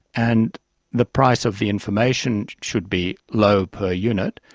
and the price of the information should be low per unit.